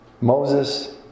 moses